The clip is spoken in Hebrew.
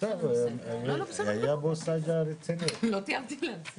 הישיבה ננעלה בשעה